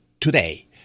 today